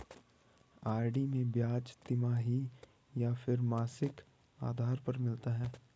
RD में ब्याज तिमाही या फिर मासिक आधार पर मिलता है?